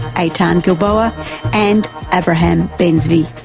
eytan gilboa and abraham ben-zvi.